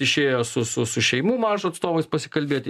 išėjo su su su šeimų maršo atstovais pasikalbėti